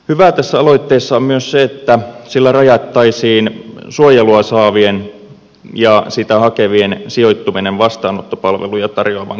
hyvää tässä aloitteessa on myös se että sillä rajattaisiin suojelua saavien ja sitä hakevien sijoittuminen vastaanottopalveluja tarjoavan kunnan sisälle